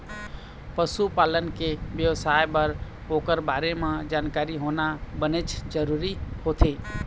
पशु पालन के बेवसाय बर ओखर बारे म जानकारी होना बनेच जरूरी होथे